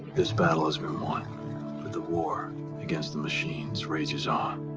this battle has been won, but the war against the machines rages on.